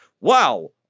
Wow